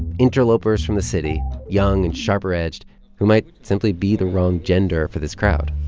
interlopers from the city young and sharper-edged who might simply be the wrong gender for this crowd